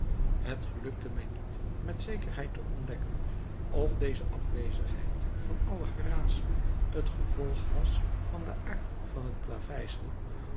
het gelukte mij niet met zekerheid te ontdekken of deze afwezigheid van alle geraas het gevolg was van den aard van het